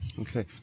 Okay